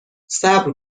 صبر